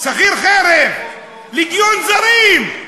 שכיר חרב, לגיון זרים.